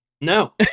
No